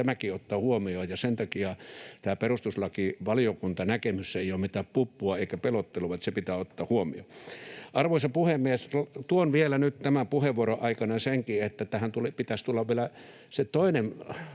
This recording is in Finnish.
tämäkin ottaa huomioon, ja sen takia tämä perustuslakivaliokuntanäkemys ei ole mitään puppua eikä pelottelua, ja se pitää ottaa huomioon. Arvoisa puhemies! Tuon vielä nyt tämän puheenvuoron aikana senkin, että se toinen lakialoite